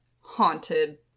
haunted